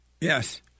Yes